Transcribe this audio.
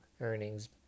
earnings